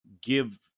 give